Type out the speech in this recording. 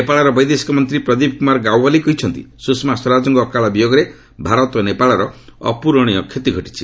ନେପାଳର ବୈଦେଶିକ ମନ୍ତ୍ରୀ ପ୍ରଦୀପ କୁମାର ଗ୍ୟାଓ୍ବାଲି କହିଛନ୍ତି ସୁଷମା ସ୍ୱରାଜଙ୍କ ଅକାଳ ବିୟୋଗରେ ଭାରତ ଓ ନେପାଳର ଅପ୍ରରଣୀୟ କ୍ଷତି ଘଟିଛି